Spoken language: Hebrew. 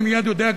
אני מייד יודע,